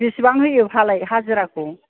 बेसेबां होयो फालाय हाजिराखौ